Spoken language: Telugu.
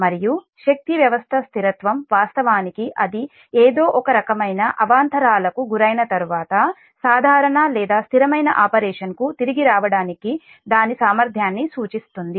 మరియు శక్తి వ్యవస్థ స్థిరత్వం వాస్తవానికి అది ఏదో ఒక రకమైన అవాంతరాలకు గురైన తర్వాత సాధారణ లేదా స్థిరమైన ఆపరేషన్కు తిరిగి రావడానికి దాని సామర్థ్యాన్ని సూచిస్తుంది